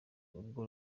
ubwo